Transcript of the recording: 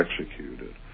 executed